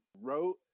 wrote